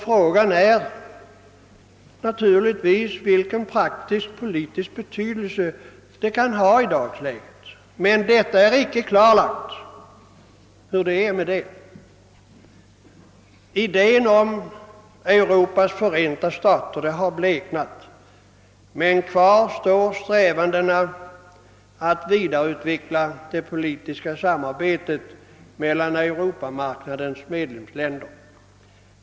Frågan är naturligtvis, vilken praktisk-politisk betydelse den kan ha i dagens läge, men detta är icke klarlagt. Idén om Europas förenta stater har bleknat, men kvar står strävandena att vidareutveckla det politiska samarbetet mellan Europamarknadens medlemsländer.